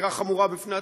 אמירה חמורה בפני עצמה.